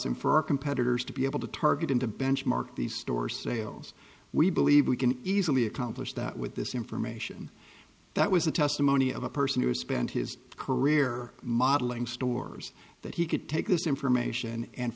and for our competitors to be able to target him to benchmark these store sales we believe we can easily accomplish that with this information that was the testimony of a person who has spent his career modeling stores that he could take this information and